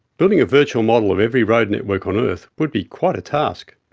building a virtual model of every road network on earth would be quite a task.